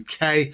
uk